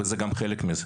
וזה גם חלק מזה